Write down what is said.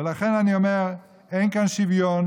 ולכן אני אומר שאין כאן שוויון